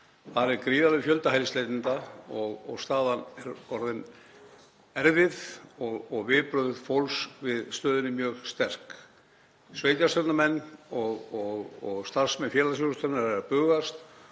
Þar er gríðarlegur fjöldi hælisleitenda og staðan er orðin erfið og viðbrögð fólks við stöðunni mjög sterk. Sveitarstjórnarmenn og starfsmenn félagsþjónustunnar eru að bugast